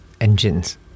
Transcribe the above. engines